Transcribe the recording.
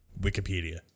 Wikipedia